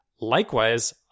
likewise